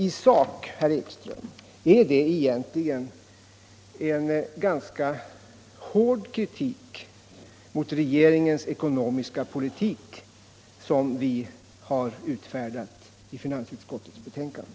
I sak, herr Ekström, är det egentligen en ganska hård kritik mot regeringens ekonomiska politik som vi har utfärdat i finansutskottets betänkande.